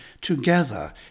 together